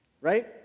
right